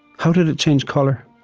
how did it change colour?